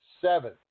seven